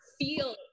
feel